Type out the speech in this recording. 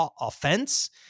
offense